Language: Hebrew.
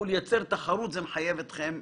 זה מחייב אתכם